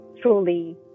truly